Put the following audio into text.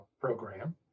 program